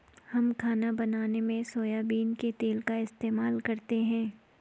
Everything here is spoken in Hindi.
हम खाना बनाने में सोयाबीन के तेल का इस्तेमाल करते हैं